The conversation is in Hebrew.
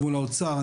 מול האוצר,